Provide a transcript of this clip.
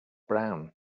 brown